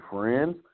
friends